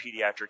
pediatric